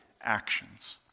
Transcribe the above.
actions